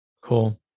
Cool